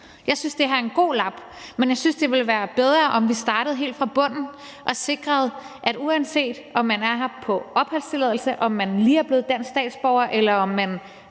Jeg synes, det her er en god lap, men jeg synes, det ville være bedre, om vi startede helt fra bunden og sikrede, at uanset om man er her på opholdstilladelse, om man lige er blevet dansk statsborger, eller om man